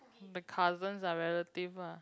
the cousins are relative ah